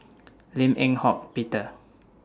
Lim Eng Hock Peter